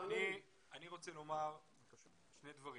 אני רוצה לומר שני דברים.